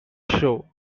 show